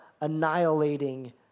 annihilating